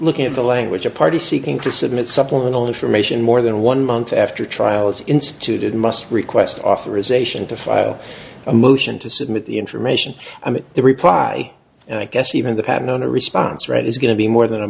looking at the language a party seeking to submit supplemental information more than one month after a trial is instituted must request authorisation to file a motion to submit the information i mean the reply and i guess even the patent on a response right is going to be more than a